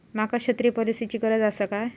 माका छत्री पॉलिसिची गरज आसा काय?